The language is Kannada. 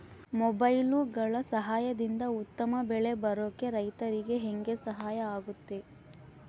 ಮೊಬೈಲುಗಳ ಸಹಾಯದಿಂದ ಉತ್ತಮ ಬೆಳೆ ಬರೋಕೆ ರೈತರಿಗೆ ಹೆಂಗೆ ಸಹಾಯ ಆಗುತ್ತೆ?